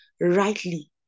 rightly